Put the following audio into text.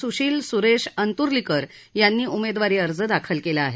स्शील स्रेश अंत्र्लीकर यांनी उमेदवारी अर्ज दाखल केला आहे